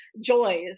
joys